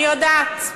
אני יודעת.